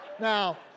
Now